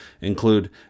include